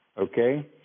Okay